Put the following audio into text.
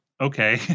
Okay